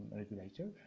regulator